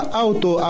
auto